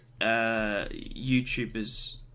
YouTubers